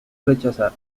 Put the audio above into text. rechazar